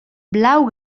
blau